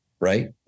Right